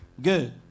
Good